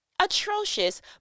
atrocious